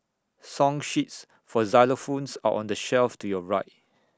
song sheets for xylophones are on the shelf to your right